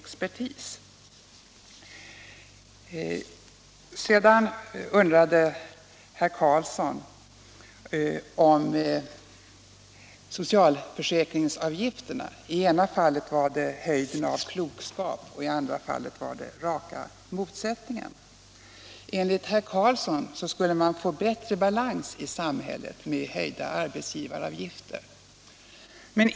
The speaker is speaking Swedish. Herr Karlsson undrade över socialförsäkringsavgifterna. I ena fallet var det höjden av klokskap, och i andra fallet var det raka motsatsen. 105 Enligt herr Karlsson skulle man få bättre balans i samhället med höjda arbetsgivaravgifter.